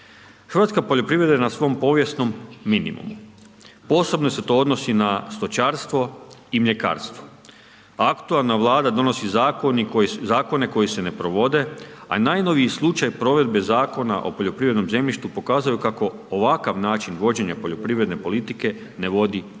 Hrvatska poljoprivreda je na svom povijesnom minimumu, posebno se to odnosi na stočarstvo i mljekarstvo a aktualna Vlada donosi zakone koji se ne provode a najnoviji slučaj provedbe Zakona o poljoprivrednom zemljištu pokazao je kako ovakav način vođenja poljoprivredne politike ne vodi